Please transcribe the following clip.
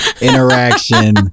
interaction